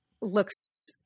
looks